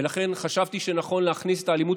ולכן חשבתי שנכון להכניס את האלימות